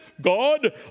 God